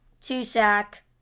two-sack